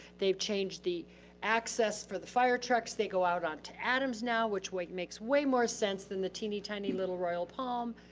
they've changed the access for the fire trucks. they go out on to adams now, which makes way more sense than the teeny tiny little royal palm.